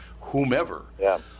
whomever